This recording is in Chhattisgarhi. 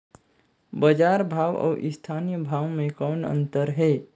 बजार भाव अउ स्थानीय भाव म कौन अन्तर हे?